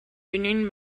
union